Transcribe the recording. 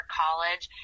college